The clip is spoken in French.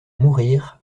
mourir